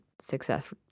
success